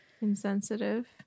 insensitive